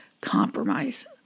compromise